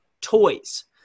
toys